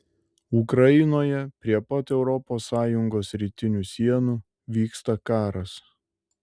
ukrainoje prie pat europos sąjungos rytinių sienų vyksta karas